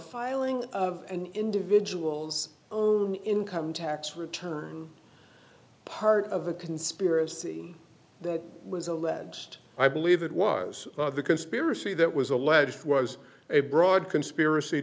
filing of an individual's own income tax return part of the conspiracy that was alleged i believe it was the conspiracy that was alleged was a broad conspiracy